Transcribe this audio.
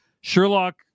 Sherlock